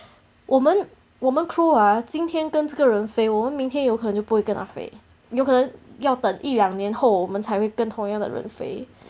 我们我们 crew ah 今天跟这个人飞我们明天有可能就不会跟他飞有可能要等一两年后我们才会跟同样的人飞